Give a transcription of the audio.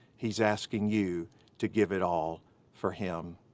he's asking you to give it all for him.